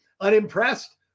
unimpressed